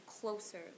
closer